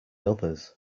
others